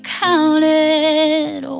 counted